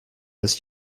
was